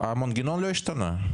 המנגנון לא השתנה.